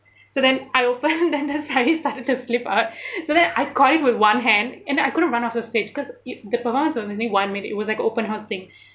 so then I opened then the sari started to slip up so that I caught it with one hand and then I couldn't run off the stage because you the performance was only one minute it was like an open house thing